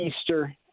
Easter